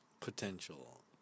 Potential